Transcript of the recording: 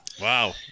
Wow